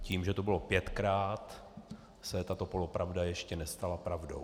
Tím, že to bylo pětkrát, se tato polopravda ještě nestala pravdou.